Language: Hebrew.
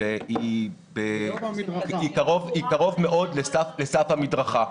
והיא קרוב מאוד לסף המדרכה.